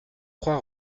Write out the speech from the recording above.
trois